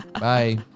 Bye